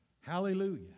Hallelujah